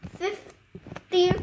fifty